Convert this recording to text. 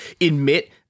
admit